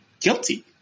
guilty